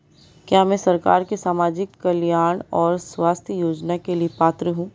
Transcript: क्या मैं सरकार के सामाजिक कल्याण और स्वास्थ्य योजना के लिए पात्र हूं?